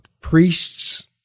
priests